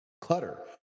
clutter